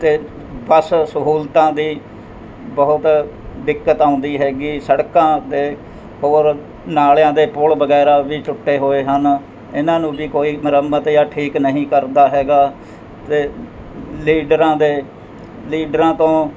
ਅਤੇ ਬੱਸ ਸਹੂਲਤਾਂ ਦੀ ਬਹੁਤ ਦਿੱਕਤ ਆਉਂਦੀ ਹੈਗੀ ਸੜਕਾਂ ਅਤੇ ਹੋਰ ਨਾਲਿਆਂ ਦੇ ਪੁੱਲ ਵਗੈਰਾ ਵੀ ਟੁੱਟੇ ਹੋਏ ਹਨ ਇਹਨਾਂ ਨੂੰ ਵੀ ਕੋਈ ਮੁਰੰਮਤ ਜਾਂ ਠੀਕ ਨਹੀਂ ਕਰਦਾ ਹੈਗਾ ਅਤੇ ਲੀਡਰਾਂ ਦੇ ਲੀਡਰਾਂ ਤੋਂ